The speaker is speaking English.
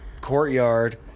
Courtyard